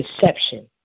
deception